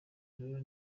rero